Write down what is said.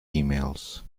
emails